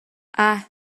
اَه